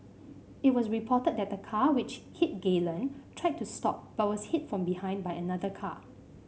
it was reported that the car which hit Galen tried to stop but was hit from behind by another car